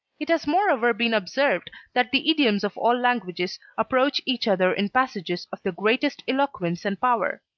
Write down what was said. it has moreover been observed, that the idioms of all languages approach each other in passages of the greatest eloquence and power.